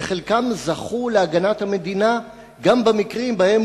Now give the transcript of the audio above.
וחלקם זכו להגנת המדינה גם במקרים שבהם